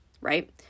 right